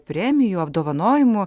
premijų apdovanojimų